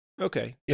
Okay